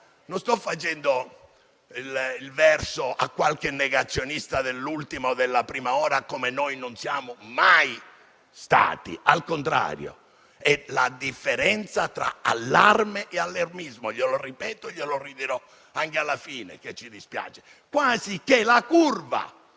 non sto facendo il verso a qualche negazionista dell'ultima o della prima ora. Noi non lo siamo mai stati, al contrario. È la differenza tra allarme e allarmismo che ci dispiace - glielo ripeto e glielo dirò anche alla fine - quasi che la curva